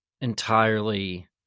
entirely